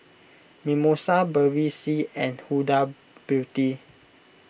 Mimosa Bevy C and Huda Beauty